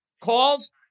Calls